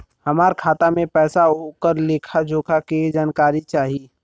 हमार खाता में पैसा ओकर लेखा जोखा के जानकारी चाही?